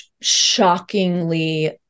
shockingly